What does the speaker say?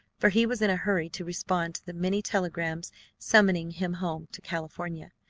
for he was in a hurry to respond to the many telegrams summoning him home to california,